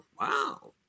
wow